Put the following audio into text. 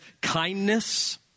kindness